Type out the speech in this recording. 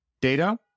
data